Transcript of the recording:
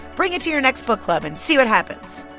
bring it to your next book club and see what happens